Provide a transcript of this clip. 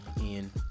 Ian